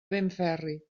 benferri